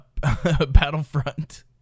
battlefront